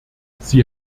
sie